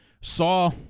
saw